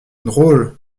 drôle